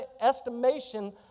estimation